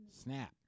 Snap